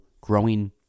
Growing